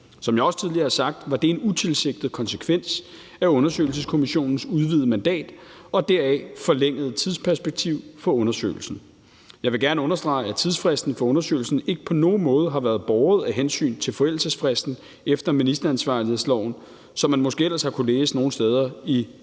Som jeg også tidligere har sagt, var det en utilsigtet konsekvens af undersøgelseskommissionens udvidede mandat og deraf forlængede tidsperspektiv for undersøgelsen. Jeg vil gerne understrege, at tidsfristen for undersøgelsen ikke på nogen måde har været båret af hensyn til forældelsesfristen efter ministeransvarlighedsloven, som man måske ellers har kunnet læse nogle steder i pressen